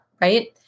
right